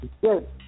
Good